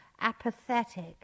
apathetic